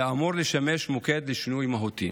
היה אמור לשמש מוקד לשינוי מהותי,